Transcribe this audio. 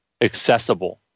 accessible